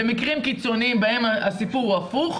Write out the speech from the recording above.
במקרים קיצוניים בהם הסיפור הוא הפוך,